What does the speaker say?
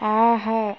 ஆஹா